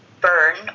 burn